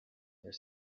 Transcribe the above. their